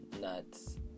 nuts